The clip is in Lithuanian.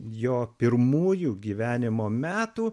jo pirmųjų gyvenimo metų